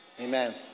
amen